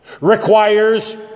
requires